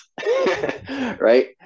right